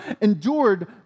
endured